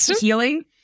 Healing